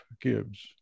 Gibbs